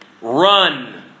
Run